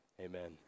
amen